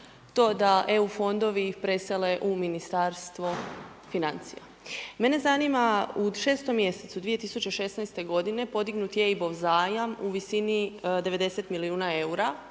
to da EU fondovi presele u Ministarstvo financija. Mene zanima, u 6 mjesecu 2016. godine, podignut je EIB-ov zajam u visini 90 milijuna EUR-a